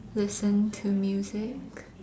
listen to music